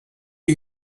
you